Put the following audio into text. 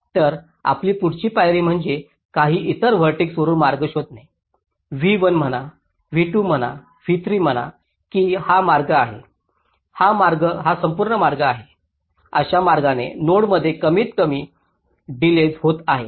तर आपली पुढची पायरी म्हणजे काही इतर व्हर्टेक्सवरून मार्ग शोधणे V1 म्हणा V2 म्हणा V3 म्हणा की हा मार्ग आहे हा संपूर्ण मार्ग आहे अशा मार्गाने नोडमध्ये कमीतकमी डिलेज होत आहे